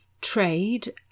trade